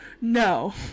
No